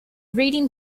reading